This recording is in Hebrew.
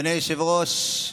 אדוני היושב-ראש,